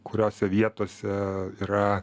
kuriose vietose yra